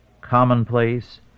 commonplace